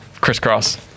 Crisscross